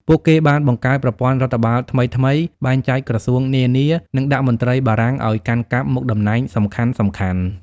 ពួកគេបានបង្កើតប្រព័ន្ធរដ្ឋបាលថ្មីៗ បែងចែកក្រសួងនានា និងដាក់មន្ត្រីបារាំងឱ្យកាន់កាប់មុខតំណែងសំខាន់ៗ។